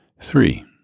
Three